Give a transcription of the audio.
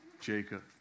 Jacob